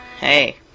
hey